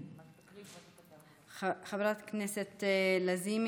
חברת הכנסת לזימי,